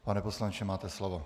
Pana poslanče, máte slovo.